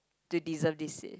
to deserve this seat